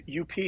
UP